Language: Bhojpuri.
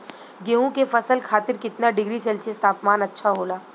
गेहूँ के फसल खातीर कितना डिग्री सेल्सीयस तापमान अच्छा होला?